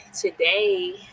today